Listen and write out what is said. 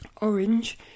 orange